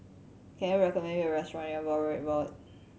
can you recommend me a restaurant near Broadrick Road